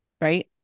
right